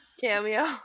cameo